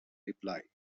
replied